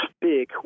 big